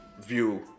view